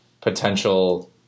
potential